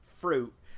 fruit